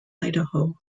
idaho